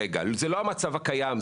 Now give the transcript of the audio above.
זה לא המצב הקיים,